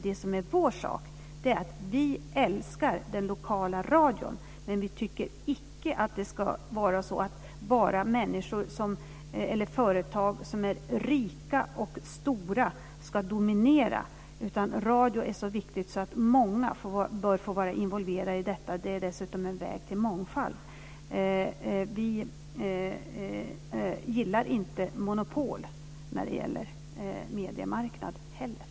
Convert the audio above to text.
Det som är vår sak är att vi älskar den lokala radion, men vi tycker inte att bara företag som är rika och stora ska dominera. Radio är så viktigt att många bör vara involverade i detta. Det är dessutom en väg till mångfald. Vi gillar inte monopol på mediemarknaden.